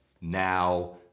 Now